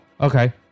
okay